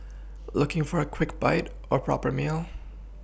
looking for a quick bite or proper meal